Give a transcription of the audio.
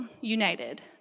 united